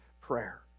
prayer